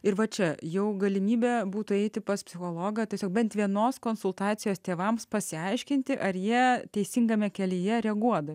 ir va čia jau galimybė būtų eiti pas psichologą tiesiog bent vienos konsultacijos tėvams pasiaiškinti ar jie teisingame kelyje reaguodami